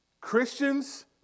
Christians